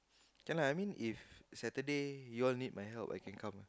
can lah I mean if Saturday you all need my help I can come